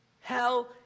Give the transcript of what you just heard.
Hell